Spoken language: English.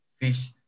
fish